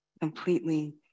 completely